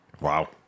Wow